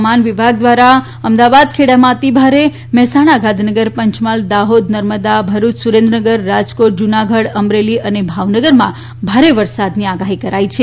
હવામાન વિભાગ ધ્વારા અમદાવાદ ખેડામાં અતિભારે મહેસાણ ગાંધીનગર પંચમહાલ દાહોદ નર્મદા ભરૂચ સુરેન્દ્રનગર રાજકોટ જુનાગઢ અમરેલી ભાવનગરમાં ભારે વરસાદની આગાઠી કરાઇ છે